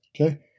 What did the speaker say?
okay